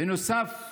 בנוסף,